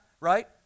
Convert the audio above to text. right